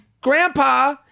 Grandpa